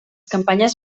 campanyes